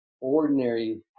ordinary